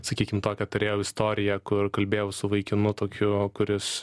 sakykim tokią turėjau istoriją kur kalbėjau su vaikinu tokiu kuris